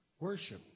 Worship